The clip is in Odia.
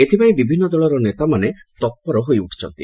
ଏଥିପାଇଁ ବିଭିନ୍ନ ଦଳର ନେତାମାନେ ତତ୍ପର ହୋଇଉଠିଛନ୍ତି